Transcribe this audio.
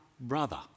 brother